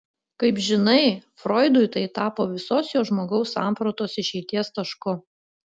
kaip žinai froidui tai tapo visos jo žmogaus sampratos išeities tašku